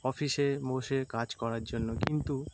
অফিসে বসে কাজ করার জন্য কিন্তু